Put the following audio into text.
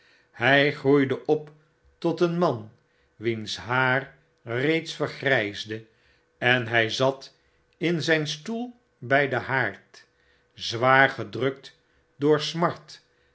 hy groeide op tot een man wiens haar reeds vergrysde en hy zat in zyn stoel by den haard zwaar gedrukt jpor smart